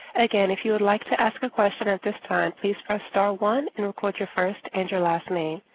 again, if you would like to ask a question at this time, please press star one and record your first and your last name.